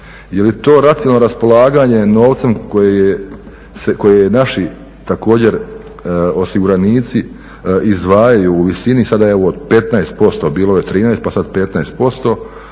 Je li to racionalno raspolaganje novcem koje naši također osiguranici izdvajaju u visini sada evo od 15%. Bilo je 13 pa sad 15%